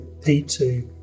P2